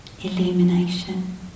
illumination